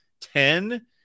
ten